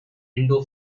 window